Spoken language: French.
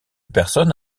personne